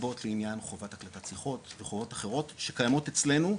לרבות לעניין חובת הקלטת שיחות וחובות אחרות שקיימות אצלנו.